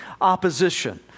opposition